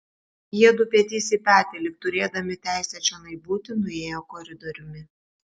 jiedu petys į petį lyg turėdami teisę čionai būti nuėjo koridoriumi